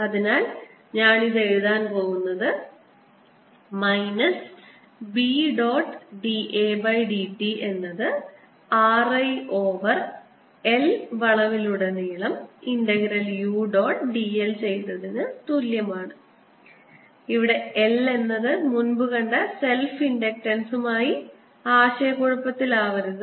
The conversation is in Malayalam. അതിനാൽ ഞാൻ ഇത് എഴുതാൻ പോകുന്നത് minus B dot d A by d t എന്നത് R I ഓവർ L വളവിലുടനീളം integral u dot d l ചെയ്തതിനുതുല്യമാണ് ഇവിടെ L എന്നത് മുൻപു കണ്ട സെൽഫ് ഇൻഡക്റ്റൻസുമായി ആശയക്കുഴപ്പത്തിലാക്കരുത്